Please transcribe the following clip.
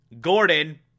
Gordon